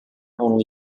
only